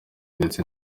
ndetse